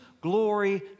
glory